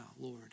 Lord